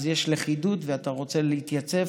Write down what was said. יש לכידות ואתה רוצה להתייצב,